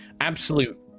absolute